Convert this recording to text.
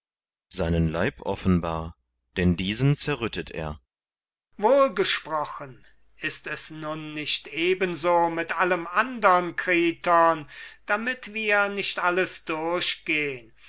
leib offenbar denn diesen zerrüttet er sokrates wohlgesprochen ist es nun nicht ebenso mit allem andern kriton damit wir nicht alles durchgehen